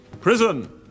Prison